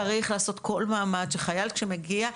צריך לעשות כל מאמץ כשחייל כשמגיע,